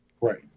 Right